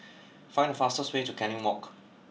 find the fastest way to Canning Walk